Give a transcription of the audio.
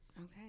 okay